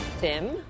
Tim